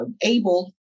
able